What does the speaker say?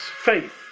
faith